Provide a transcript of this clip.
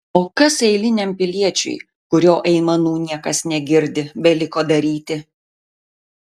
o kas eiliniam piliečiui kurio aimanų niekas negirdi beliko daryti